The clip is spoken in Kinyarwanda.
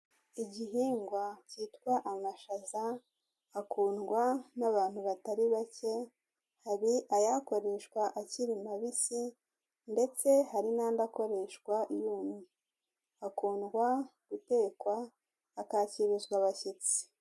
igihingwa cyitwa amashaza akundwa n'abantu batari bake hari ayakoreshwa akiri mabisi ndetse hari n'andi akoreshwa yumye akundwa gutekwa akakirizwa abashyitsi